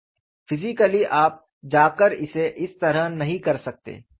physically आप जाकर इसे इस तरह नहीं कर सकते